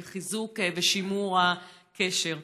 בחיזוק ובשימור של הקשר.